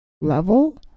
level